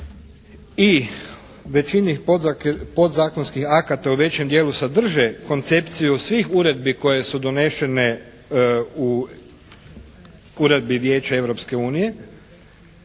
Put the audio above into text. i većini podzakonskih akata u većem dijelu sadrže koncepciju svih uredbi koje su donesene u Uredbi Vijeća Europske unije